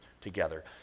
together